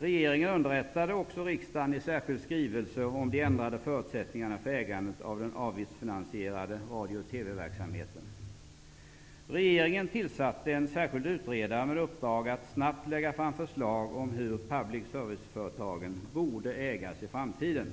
Regeringen underrättade riksdagen i en särskild skrivelse om de ändrade förutsättningarna för ägandet av den avgiftsfinansierade radio och TV-verksamheten. Regeringen tillsatte en särskild utredare med uppdrag att snabbt lägga fram förslag om hur public service-företagen borde ägas i framtiden.